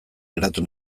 geratu